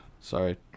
sorry